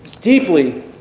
Deeply